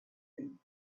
room